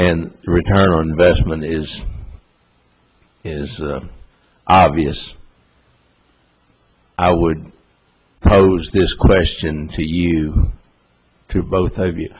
and return on investment is is obvious i would pose this question to you to both of you